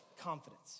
Confidence